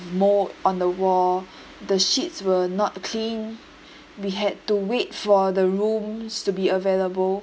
mold on the wall the sheets were not clean we had to wait for the rooms to be available